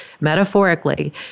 metaphorically